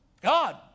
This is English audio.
God